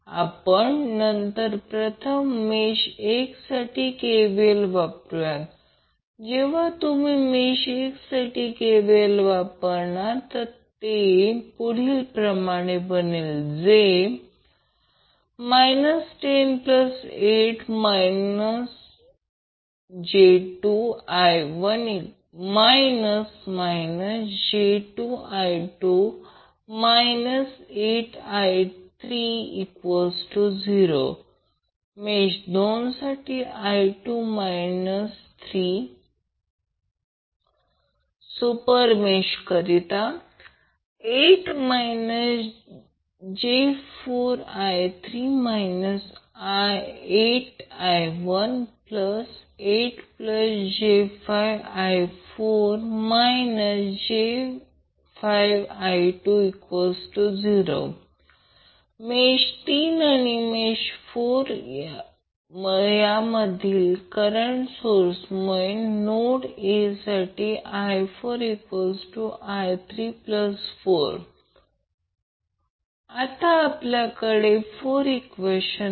आपण नंतर प्रथम मेष 1 साठी KVL वापरूया जेव्हा तुम्ही मेष 1 साठी KVL वापरणार तर ते बनेल 108 j2I1 j2I2 8I30 मेष 2 साठी I2 3 सुपरमेशकरिता 8 j4I3 8I16j5I4 j5I20 मेष 3 आणि 4 यामधील करंट सोर्सामुळे नोड A साठी I4I34 आता आपल्याकडे 4 ईक्वेशन आहेत